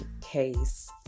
case